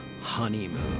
Honeymoon